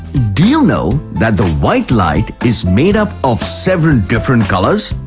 do you know that the white light is made up of seven different colours?